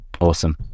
Awesome